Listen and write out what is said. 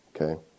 Okay